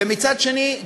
ומצד שני,